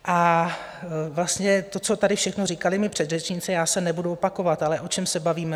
A vlastně to, co tady všechno říkali mí předřečníci, já se nebudu opakovat ale o čem se bavíme?